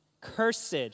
cursed